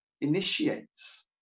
initiates